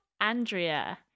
Andrea